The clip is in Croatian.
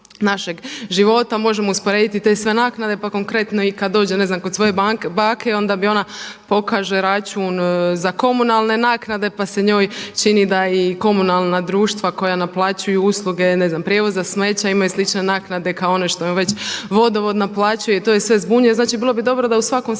našeg života možemo usporediti te sve naknade, pa konkretno i kada dođe ne znam kod svoj bake onda mi ona pokaže račun za komunalne naknade pa se njoj čini da i komunalna društva koja naplaćuju usluge, ne znam prijevoza, smeća imaju slične naknade kao one što im već vodovod naplaćuje i to ih sve zbunjuje. Znači bi bilo bi dobro da u svakom